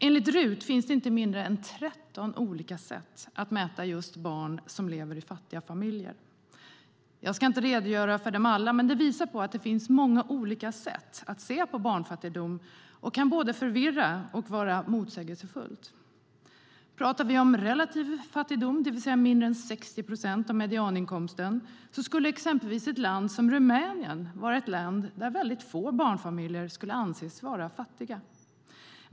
Enligt RUT finns det inte mindre än tretton olika sätt att mäta om barn lever i fattiga familjer. Jag ska inte redogöra för alla, men det visar att det finns många olika sätt att se på barnfattigdom, vilket både kan förvirra och vara motsägelsefullt. Talar vi om relativ fattigdom, det vill säga mindre än 60 procent av medianinkomsten, är exempelvis Rumänien ett land där få barnfamiljer kan anses vara fattiga.